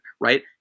right